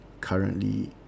currently